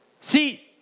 See